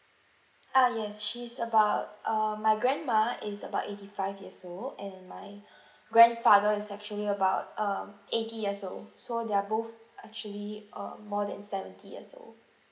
ah yes she's about err my grandma is about eighty five years old and my grandfather is actually about um eighty years old so they are both actually uh more than seventy years old